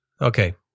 Okay